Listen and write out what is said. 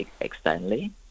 externally